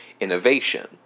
innovation